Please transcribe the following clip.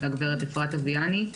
הגברת אפרת אביאני.